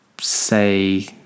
say